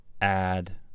add